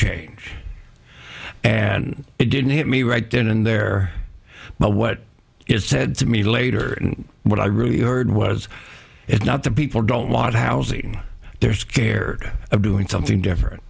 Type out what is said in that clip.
change and it didn't hit me right then and there but what it said to me later what i really heard was it's not that people don't want housing they're scared of doing something different